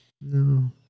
No